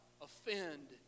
offend